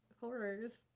horrors